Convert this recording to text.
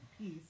peace